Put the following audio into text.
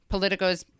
Politico's